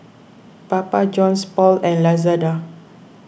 Papa Johns Paul and Lazada